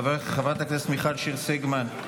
חברת הכנסת מיכל שיר סגמן,